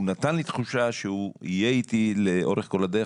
הוא נתן לי תחושה שהוא יהיה איתי לאורך כל הדרך,